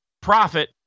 profit